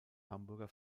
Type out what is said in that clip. hamburger